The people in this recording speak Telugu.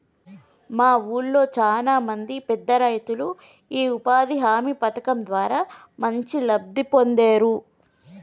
మా వూళ్ళో చానా మంది పేదరైతులు యీ ఉపాధి హామీ పథకం ద్వారా మంచి లబ్ధి పొందేరు